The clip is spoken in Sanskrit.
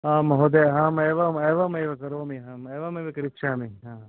महोदयः अहम् एवम् एवमेव करोमि एवमेव करिष्यामि